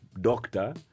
doctor